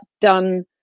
done